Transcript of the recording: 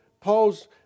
Paul's